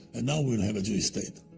and now we'll have a jewish state.